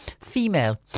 female